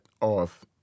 off